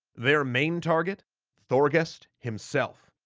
their main target thorgest himself.